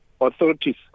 authorities